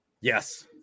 Yes